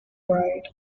ride